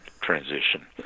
transition